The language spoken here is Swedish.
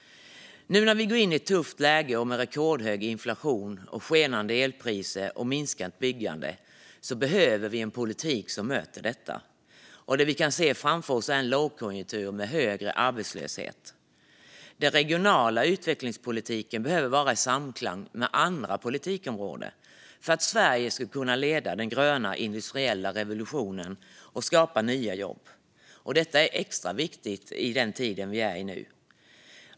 Nu när vi går in i ett tufft läge med rekordhög inflation, skenande elpriser och minskat byggande behöver vi en politik som möter detta. Det vi kan se framför oss är lågkonjunktur och högre arbetslöshet. Den regionala utvecklingspolitiken behöver vara i samklang med andra politikområden för att Sverige ska kunna leda den gröna industriella revolutionen och skapa nya jobb. Detta är extra viktigt i den tid vi är i nu.